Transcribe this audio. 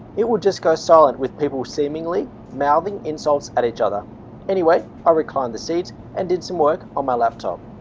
it will just go silent with people seemingly mouthing insults at each other anyway, i reclined the seat and did some work on my laptop